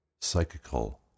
psychical